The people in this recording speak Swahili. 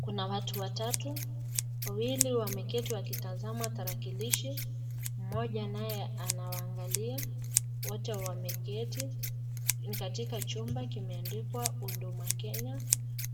Kuna watu watatu, wawili wameketi wakitazama tarakilishi moja naye anawaangalia, wote wameketi, katika chumba kimeandikwa Huduma Kenya,